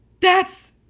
That's-